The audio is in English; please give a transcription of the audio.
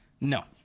no